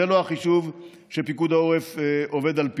זה לא החישוב שפיקוד העורף עובד על פיו.